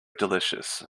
delicious